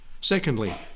Secondly